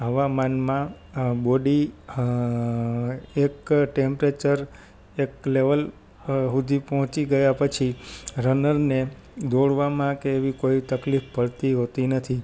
હવામાનમાં બોડી એક ટેમ્પરેચર એક લેવલ હુધી પહોંચી ગયા પછી રનરને દોડવામાં કે એવી કોઈ તકલીફ પડતી હોતી નથી